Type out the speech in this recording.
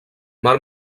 mar